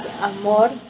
amor